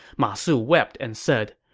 ma su wept and said,